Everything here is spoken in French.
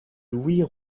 louis